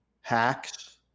Hacks